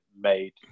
made